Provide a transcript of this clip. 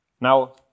Now